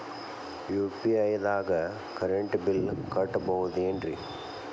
UPI ದಾಗ current bill ಕಟ್ಟಬಹುದೇನ್ರಿ?